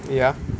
ya